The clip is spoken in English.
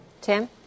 Tim